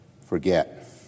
forget